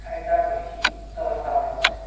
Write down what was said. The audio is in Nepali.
साढे चार भएपछि चाहिँ चौरस्ता आउने गर्छु